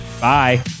Bye